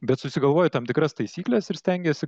bet susigalvoji tam tikras taisykles ir stengiesi